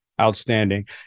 Outstanding